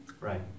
Right